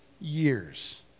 years